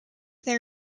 their